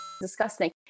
disgusting